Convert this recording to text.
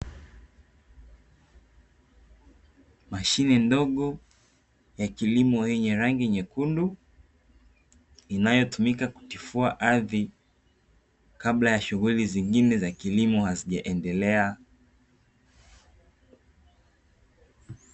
Mashine ndogo ya kilimo yenye rangi nyekundu, inayotumika kutifua ardhi kabla ya shughuli zingine za kilimo hazijaendelea.